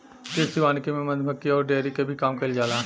कृषि वानिकी में मधुमक्खी अउरी डेयरी के भी काम कईल जाला